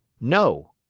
no.